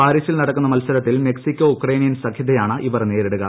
പാരീസിൽ നടക്കുന്ന മത്സരത്തിൽ മെക്സിക്കോ ഉക്രേനിയൻ സഖ്യത്തെയാണ് ഇവർ നേരിടുക